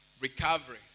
recovery